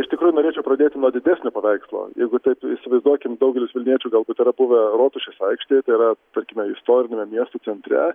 iš tikrųjų norėčiau pradėti nuo didesnio paveikslo jeigu taip įsivaizduokim daugelis vilniečių galbūt yra buvę rotušės aikštėje tai yra tarkime istoriniame miesto centre